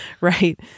right